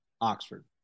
Oxford